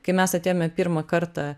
kai mes atėjome pirmą kartą